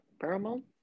Paramount